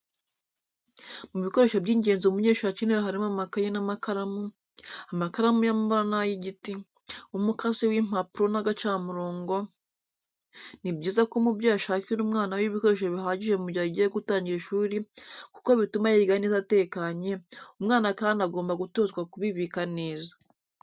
Mu bikoresho by'ngenzi umunyeshuri akenera harimo amakaye n'amakaramu, amakaramu y'amabara n'ay'igiti, umukasi w'impapuro n'agacamurongo, bni byiza ko umubyeyi ashakira umwana we ibikoresho bihagije mu gihe agiye gutangira ishuri kuko bituma yiga neza atekanye, umwana kandi agomba gutozwa kubibika neza.